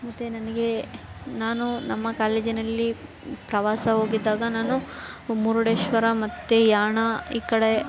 ಮತ್ತು ನನಗೆ ನಾನು ನಮ್ಮ ಕಾಲೇಜಿನಲ್ಲಿ ಪ್ರವಾಸ ಹೋಗಿದ್ದಾಗ ನಾನು ಮುರುಡೇಶ್ವರ ಮತ್ತು ಯಾಣ ಈ ಕಡೆ